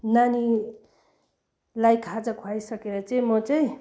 नानीलाई खाजा खुवाइसकेर चाहिँ म चाहिँ